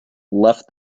left